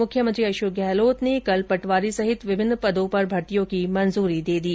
मुख्यमंत्री अशोक गहलोत ने कल पटवारी सहित विभिन्न पदों पर भर्तियों को मंजूरी दी